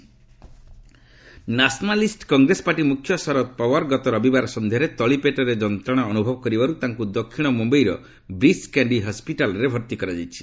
Sharad Pawar nationalist Congress party ମୁଖ୍ୟ ଶରଦ ପାୱାର୍ ଗତ ରବିବାର ସନ୍ଧ୍ୟାରେ ତଳି ପେଟରେ ଯନ୍ତ୍ରଣା ଅନୁଭବ କରିବାରୁ ତାଙ୍କୁ ଦକ୍ଷିଣ ମୁମ୍ବାଇର ବ୍ରିଚ୍ କାଣ୍ଡି ହସିଟାଲ୍ରେ ଭର୍ତ୍ତି କରାଯାଇଛି